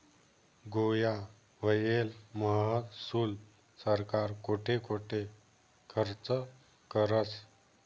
गोया व्हयेल महसूल सरकार कोठे कोठे खरचं करस?